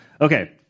Okay